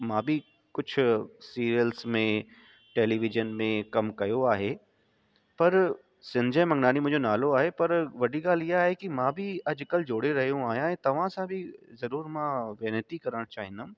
मां बि कुझु सीरियल्स में टेलीविजन में कमु कयो आहे पर संजय मंगनानी मुंहिंजो नालो आहे पर वॾी ॻाल्हि इहा आहे की मां बि अॼु कल्ह जोड़े रहियो आहियां ऐं तव्हां सां बि ज़रूरु मां विनती करणु चाहींदुमि